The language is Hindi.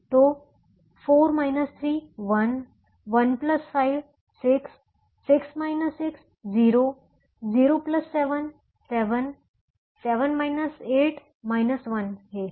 तो 4 3 1 15 6 6 6 0 07 7 7 8 1 है